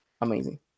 amazing